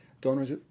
Donors